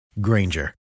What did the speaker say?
Granger